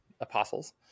apostles